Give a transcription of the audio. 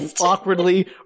awkwardly